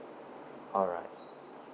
alright